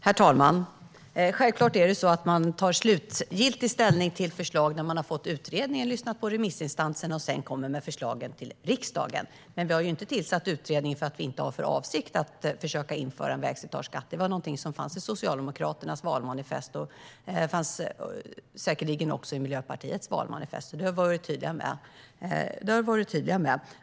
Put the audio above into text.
Herr talman! Självklart är det så att man tar slutgiltig ställning till förslag när man har fått utredningen och lyssnat på remissinstanserna. Sedan kommer man med förslagen till riksdagen. Vi har dock inte tillsatt utredningen för att vi inte skulle ha för avsikt att försöka införa en vägslitageskatt. Det var någonting som fanns i Socialdemokraternas valmanifest och säkerligen också i Miljöpartiets valmanifest. Det har vi varit tydliga med.